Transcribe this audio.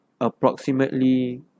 approximately